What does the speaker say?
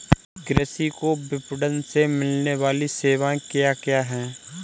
कृषि को विपणन से मिलने वाली सेवाएँ क्या क्या है